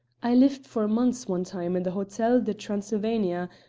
i lived for months one time in the hotel de transylvania,